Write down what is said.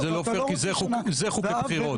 אם זה לא פר, זה חוק הבחירות.